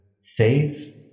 save